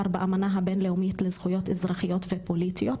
באמנה הבין-לאומית לזכויות אזרחיות ופוליטית,